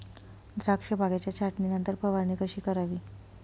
द्राक्ष बागेच्या छाटणीनंतर फवारणी कशी करावी?